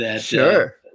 Sure